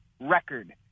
record